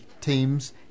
teams